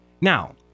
Now